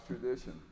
tradition